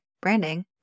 Branding